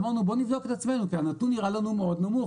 אמרנו בואו נבדוק את עצמנו כי הנתון נראה לנו מאוד נמוך,